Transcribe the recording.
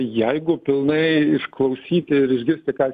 jeigu pilnai išklausyti ir išgirsti ką